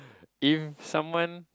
if someone